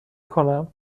کنم